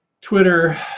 Twitter